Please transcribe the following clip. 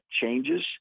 changes